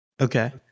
Okay